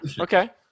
okay